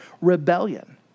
rebellion